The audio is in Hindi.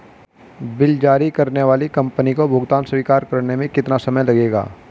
बिल जारी करने वाली कंपनी को भुगतान स्वीकार करने में कितना समय लगेगा?